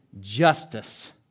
justice